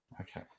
Okay